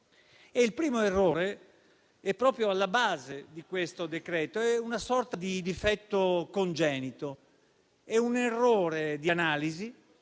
Il primo errore, che è proprio alla base di questo decreto, è una sorta di difetto congenito, un errore di analisi